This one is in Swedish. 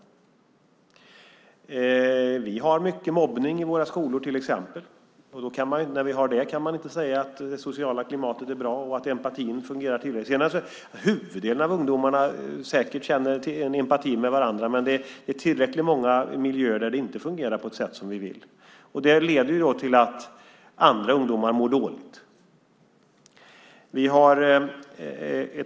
Vi har till exempel mycket mobbning i våra skolor, och då kan man inte säga att det sociala klimatet är bra och att empatin fungerar tillfredsställande. Huvuddelen av ungdomarna känner säkert empati för varandra, men det är tillräckligt många miljöer där det inte fungerar på ett sätt som vi vill. Det leder till att andra ungdomar mår dåligt.